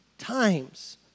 times